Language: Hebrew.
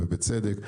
ובצדק,